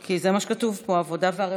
כי זה מה שכתוב פה, העבודה והרווחה.